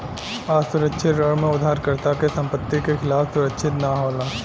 असुरक्षित ऋण में उधारकर्ता के संपत्ति के खिलाफ सुरक्षित ना होला